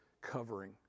covering